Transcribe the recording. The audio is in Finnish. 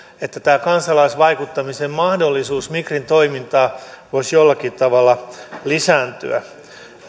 että tämä kansalaisvaikuttamisen mahdollisuus migrin toimintaan voisi jollakin tavalla lisääntyä